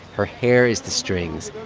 her hair is the strings.